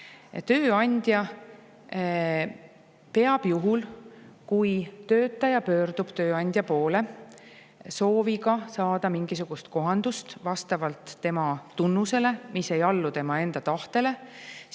paigas. Juhul, kui töötaja pöördub tööandja poole sooviga saada mingisugust kohandust vastavalt tema tunnusele, mis ei allu tema enda tahtele, peab